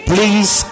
Please